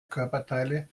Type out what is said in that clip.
körperteile